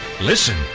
listen